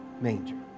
manger